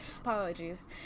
Apologies